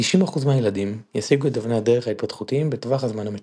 תשעים אחוז מהילדים ישיגו את אבני הדרך ההתפתחותיים בטווח הזמן המצופה.